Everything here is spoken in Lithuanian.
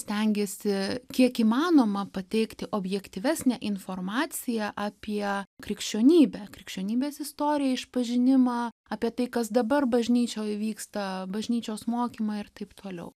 stengiasi kiek įmanoma pateikti objektyvesnę informaciją apie krikščionybę krikščionybės istoriją išpažinimą apie tai kas dabar bažnyčioj vyksta bažnyčios mokymą ir taip toliau